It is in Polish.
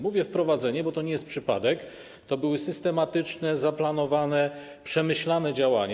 Mówię: wprowadzenie, bo to nie jest przypadek - to były systematyczne, zaplanowane, przemyślane działania.